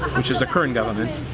which is the current governement,